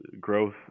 growth